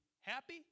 happy